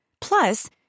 Plus